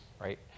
right